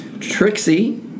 Trixie